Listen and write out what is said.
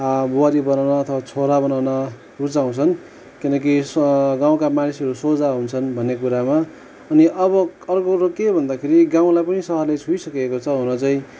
बुहारी बनाउन छोरा बनाउन रुचाउँछन् किनकि गाउँका मानिसहरू सोझा हुन्छन् भन्ने कुरामा अनि अब अर्को कुरो के भन्दाखेरि गाउँमा पनि सहरले छोइसकेको छ र चाहिँ